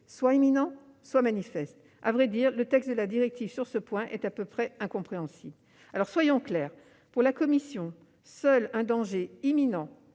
soit imminent, soit manifeste. À vrai dire, le texte de la directive sur ce point est à peu près incompréhensible ... Soyons clairs : pour la commission, seul un danger imminent,